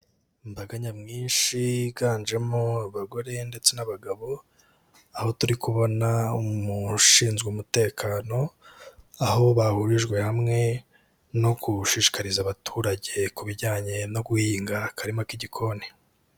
Imbaga nyamwinshi yiganjemo abagore ndetse n'abagabo, aho turi kubona umuntu ushinzwe umutekano, aho bahurijwe hamwe no gushishikariza abaturage kujyanye no guhinga akarima k'igikoni.